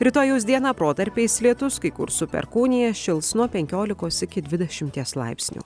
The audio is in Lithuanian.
rytojaus dieną protarpiais lietus kai kur su perkūnija šils nuo penkiolikos iki dvidešimties laipsnių